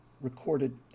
recorded